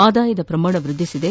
ಆದಾಯದ ಪ್ರಮಾಣ ವೃದ್ಧಿಸಿದೆ